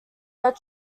but